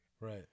right